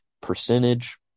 percentage